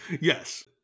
Yes